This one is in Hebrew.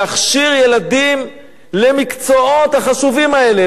להכשיר ילדים למקצועות החשובים האלה,